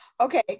Okay